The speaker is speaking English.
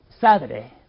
Saturday